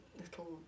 little